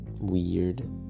weird